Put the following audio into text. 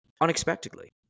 Unexpectedly